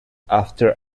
after